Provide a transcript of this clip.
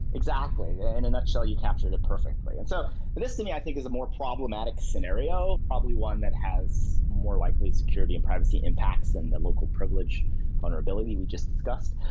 exactly. in a nutshell, you captured it perfectly. and so this to me i think is a more problematic scenario. probably one that has more likely security and privacy impacts in the local privilege vulnerability we just discussed.